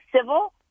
civil